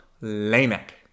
Lamech